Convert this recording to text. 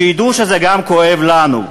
שידעו שזה גם כואב לנו.